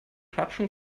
klatschen